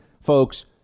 folks